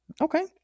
Okay